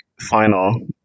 final